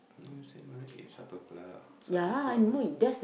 you say you wanna eat Supper Club Supper Club also